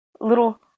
little